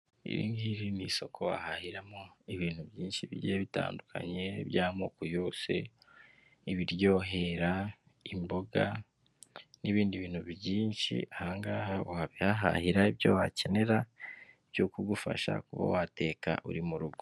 Iri ngiri ni isoko wahahiramo ibintu byinshi bigiye bitandukanye by'amoko yose, ibiryohera, imboga n'ibindi bintu byinshi, aha ngaha wabihahahira ibyo wakenera byo kugufasha kuba wateka uri mu rugo.